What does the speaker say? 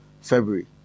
February